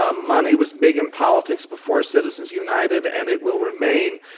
ah money was big in politics before citizens united, and it will remain.